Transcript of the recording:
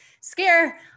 scare